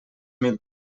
mil